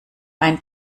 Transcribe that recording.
ein